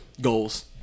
goals